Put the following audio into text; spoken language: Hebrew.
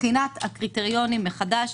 בחינת הקריטריונים מחדש.